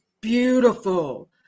beautiful